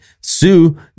Sue